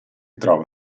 trova